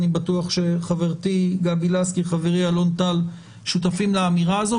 אני בטוח שחברתי גבי לסקי וחברי אלון טל שותפים לאמירה הזאת,